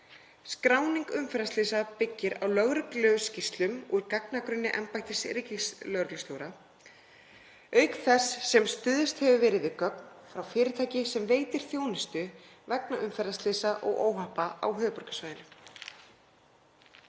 Skráning umferðarslysa byggir á lögregluskýrslum úr gagnagrunni embættis ríkislögreglustjóra auk þess sem stuðst hefur verið við gögn frá fyrirtæki sem veitir þjónustu vegna umferðarslysa og óhappa á höfuðborgarsvæðinu.